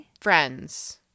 friends